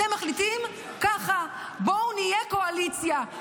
אתם מחליטים ככה: בואו נהיה קואליציה,